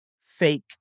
fake